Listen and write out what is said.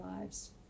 lives